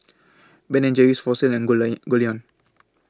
Ben and Jerry's Fossil and Goldlion Goldlion